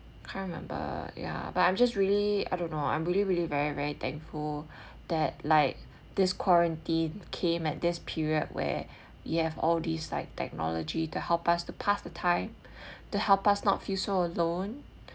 can't remember ya but I'm just really I don't know I'm really really very very thankful that like this quarantine came at this period where we have all these like technology to help us to pass the time to help us not feel so alone